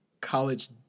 college